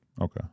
Okay